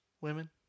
Women